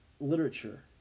literature